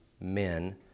men